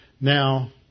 Now